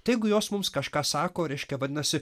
tai jeigu jos mums kažką sako reiškia vadinasi